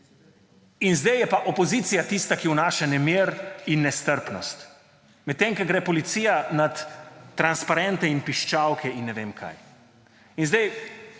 In zdaj je pa opozicija tista, ki vnaša nemir in nestrpnost, medtem ko gre policija nad transparente in piščalke in ne vem kaj.